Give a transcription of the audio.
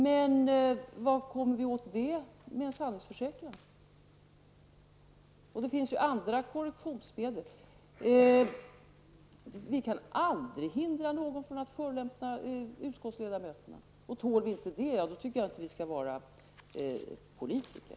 Men på vilket sätt kommer vi åt det med en sanningsförsäkran? Det finns ju andra korrektionsmedel. Vi kan aldrig hindra någon från att förolämpa utskottsledamöterna, och tål vi inte det, skall vi enligt min uppfattning inte vara politiker.